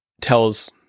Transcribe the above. tells